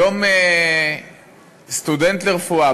היום סטודנט לרפואה,